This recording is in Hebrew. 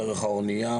דרך האונייה,